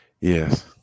Yes